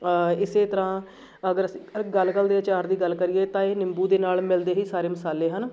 ਇਸੇ ਤਰ੍ਹਾਂ ਅਗਰ ਅਸੀਂ ਗਲਗਲ ਦੇ ਅਚਾਰ ਦੀ ਗੱਲ ਕਰੀਏ ਤਾਂ ਇਹ ਨਿੰਬੂ ਦੇ ਨਾਲ ਮਿਲਦੇ ਹੀ ਸਾਰੇ ਮਸਾਲੇ ਹਨ